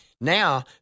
Now